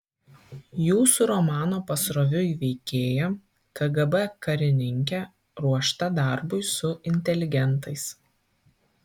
jūsų romano pasroviui veikėja kgb karininkė ruošta darbui su inteligentais